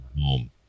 home